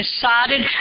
decided